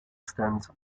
stands